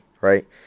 Right